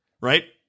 Right